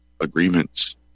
agreements